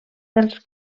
dels